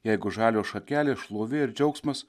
jeigu žalios šakelės šlovė ir džiaugsmas